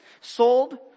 sold